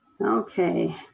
okay